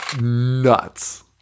nuts